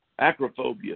acrophobia